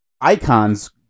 icons